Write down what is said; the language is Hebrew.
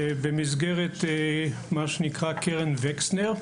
במסגרת קרן וקסנר.